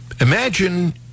Imagine